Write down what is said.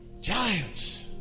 Giants